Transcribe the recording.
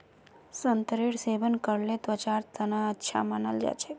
संतरेर सेवन करले त्वचार तना अच्छा मानाल जा छेक